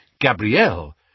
Gabrielle